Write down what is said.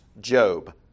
Job